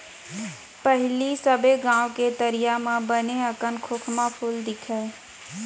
पहिली सबे गॉंव के तरिया म बने अकन खोखमा फूल दिखय